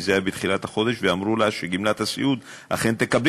כי זה היה בתחילת החודש ואמרו לה שאת גמלת הסיעוד היא אכן תקבל,